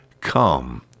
Come